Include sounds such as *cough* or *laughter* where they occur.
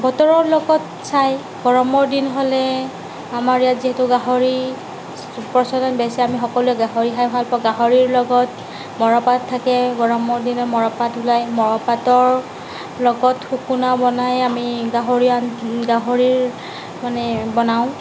বতৰৰ লগত চাই গৰমৰ দিন হ'লে আমাৰ ইয়াত যিহেতু গাহৰিৰ *unintelligible* প্ৰচলন বেছি আমি সকলোৱে গাহৰি খাই ভালপাওঁ গাহৰিৰ লগত মৰাপাত থাকে গৰমৰ দিনত মৰাপাত ওলাই মৰাপাতৰ লগত শুকুনা বনাই আমি গাহৰিৰ গাহৰি মানে বনাওঁ